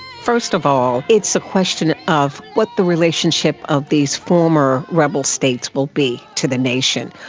first of all, it's a question of what the relationship of these former rebel states will be to the nation.